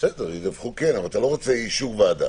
ידווחו כן, אתה לא רוצה אישור ועדה.